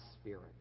Spirit